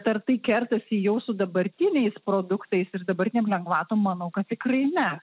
ar tai kertasi jau su dabartiniais produktais ir dabartinėm lengvatom manau kad tikrai ne